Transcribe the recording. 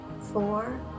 four